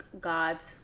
God's